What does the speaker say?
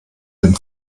den